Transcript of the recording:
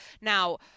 Now